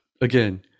Again